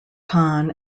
kahn